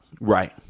right